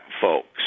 folks